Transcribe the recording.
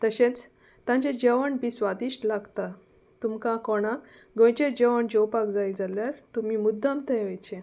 तशेंच तांचें जेवण बी स्वादिश्ट लागता तुमकां कोणाक गोंयचें जेवण जेवपाक जाय जाल्यार तुमी मुद्दम थंय वचचें